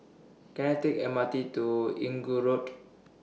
Can I Take M R T to Inggu Road